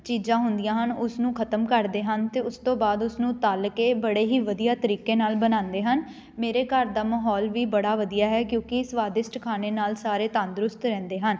ਚੀਜ਼ਾਂ ਹੁੰਦੀਆਂ ਹਨ ਉਸਨੂੰ ਖ਼ਤਮ ਕਰਦੇ ਹਨ ਅਤੇ ਉਸ ਤੋਂ ਬਾਅਦ ਉਸਨੂੰ ਤਲ ਕੇ ਬੜੇ ਹੀ ਵਧੀਆ ਤਰੀਕੇ ਨਾਲ ਬਣਾਉਂਦੇ ਹਨ ਮੇਰੇ ਘਰ ਦਾ ਮਾਹੌਲ ਵੀ ਬੜਾ ਵਧੀਆ ਹੈ ਕਿਉਂਕਿ ਸਵਾਦਿਸ਼ਟ ਖਾਣੇ ਨਾਲ ਸਾਰੇ ਤੰਦਰੁਸਤ ਰਹਿੰਦੇ ਹਨ